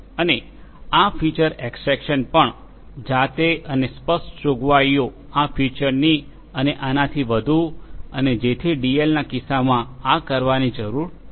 અને આ feature extraction પણ જાતે અને સ્પષ્ટ જોગવાઈઓ આ ફિચરની અને આનાથી વધુ અને જેથી ડીએલના કિસ્સામાં આ કરવાની જરૂર નથી